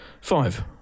Five